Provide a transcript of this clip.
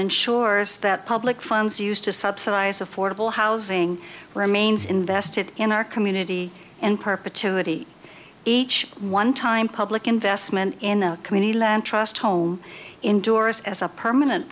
ensures that public funds used to subsidize affordable housing remains invested in our community and perpetuity each one time public investment in the community land trust home indoors as a permanent